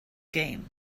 game